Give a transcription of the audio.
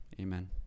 Amen